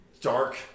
dark